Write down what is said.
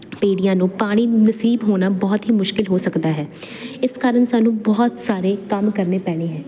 ਪੀੜੀਆ ਨੂੰ ਪਾਣੀ ਨਸੀਬ ਹੋਣਾ ਬਹੁਤ ਹੀ ਮੁਸ਼ਕਿਲ ਹੋ ਸਕਦਾ ਹੈ ਇਸ ਕਾਰਨ ਸਾਨੂੰ ਬਹੁਤ ਸਾਰੇ ਕੰਮ ਕਰਨੇ ਪੈਣੇ ਹੈ